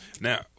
Now